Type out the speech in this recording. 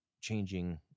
changing